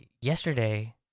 yesterday